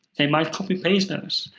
they might copy-paste those.